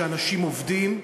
שאנשים עובדים,